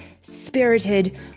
spirited